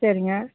சரிங்க